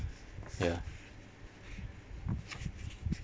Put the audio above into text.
ya